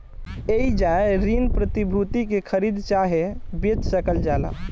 एइजा ऋण प्रतिभूति के खरीद चाहे बेच सकल जाला